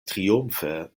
triumfe